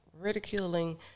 ridiculing